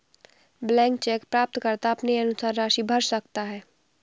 blank cheque प्राप्तकर्ता अपने अनुसार राशि भर सकता है